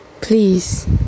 please